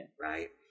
Right